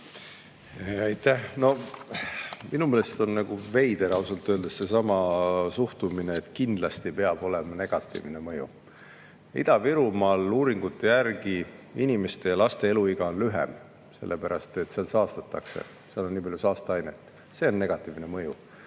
Minu meelest on veider suhtumine, et kindlasti peab olema negatiivne mõju. Ida-Virumaal on uuringute järgi inimeste, sealhulgas laste, eluiga lühem selle pärast, et seal saastatakse, seal on nii palju saasteainet. See on negatiivne mõju.